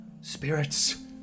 spirits